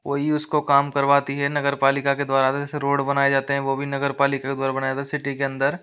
वो ही उसको काम करवाती है नगर पालिका के द्वारा जैसे रोड बनाए जाते है वह भी नगर पालिका द्वारा बनाए जाते है सिटी के अंदर